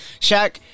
Shaq